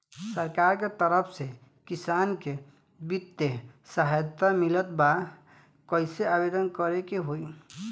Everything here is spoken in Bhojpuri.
सरकार के तरफ से किसान के बितिय सहायता मिलत बा कइसे आवेदन करे के होई?